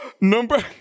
Number